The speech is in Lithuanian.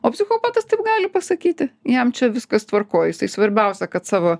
o psichopatas taip gali pasakyti jam čia viskas tvarkoj jisai svarbiausia kad savo